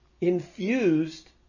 infused